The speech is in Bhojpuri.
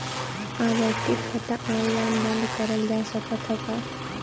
आवर्ती खाता ऑनलाइन बन्द करल जा सकत ह का?